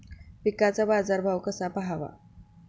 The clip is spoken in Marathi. पिकांचा बाजार भाव कसा पहावा?